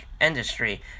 industry